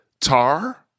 Tar